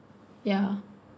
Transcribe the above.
ya